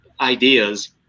ideas